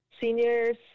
seniors